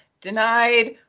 denied